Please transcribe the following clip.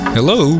Hello